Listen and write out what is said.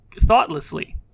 thoughtlessly